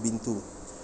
been too